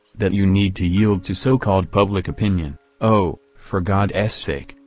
that you need to yield to so-called public opinion o, for god s sake,